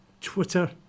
Twitter